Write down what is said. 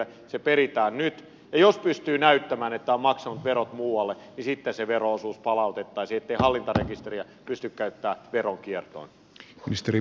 se peritään nyt ja jos pystyy näyttämään että on maksanut verot muualle niin sitten se vero osuus palautettaisiin ettei hallintarekisteriä pysty käyttämään veronkiertoon